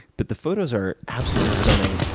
but the photos are absolutely stunning,